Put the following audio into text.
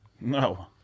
No